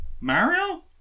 Mario